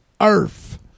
Earth